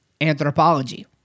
anthropology